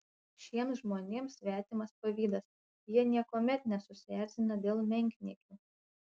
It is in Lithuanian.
šiems žmonėms svetimas pavydas jie niekuomet nesusierzina dėl menkniekių